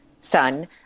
son